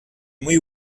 muy